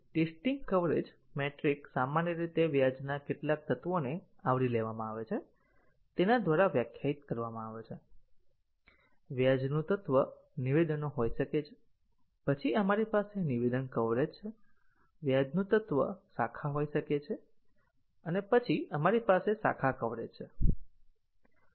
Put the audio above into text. testing coverage metric સામાન્ય રીતે વ્યાજના કેટલા તત્વોને આવરી લેવામાં આવે છે તેના દ્વારા વ્યાખ્યાયિત કરવામાં આવે છે વ્યાજનું તત્વ નિવેદનો હોઈ શકે છે પછી આપણી પાસે નિવેદન કવરેજ છે વ્યાજનું તત્વ શાખા હોઈ શકે છે અને પછી આપણી પાસે શાખા કવરેજ છે અને